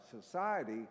society